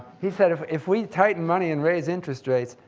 he said, if if we tighten money and raise interest rates,